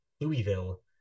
Louisville